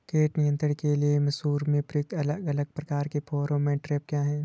कीट नियंत्रण के लिए मसूर में प्रयुक्त अलग अलग प्रकार के फेरोमोन ट्रैप क्या है?